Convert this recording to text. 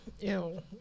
Ew